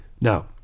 Now